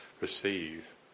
receive